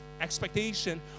expectation